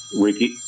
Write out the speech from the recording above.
Ricky